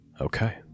Okay